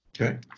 Okay